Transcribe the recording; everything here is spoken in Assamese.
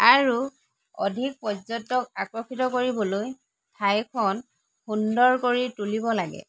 আৰু অধিক পৰ্য্যটকক আকৰ্ষিত কৰিবলৈ ঠাইখন সুন্দৰ কৰি তুলিব লাগে